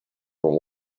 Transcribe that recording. from